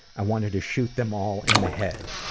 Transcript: i wanted to shoot them all in the head.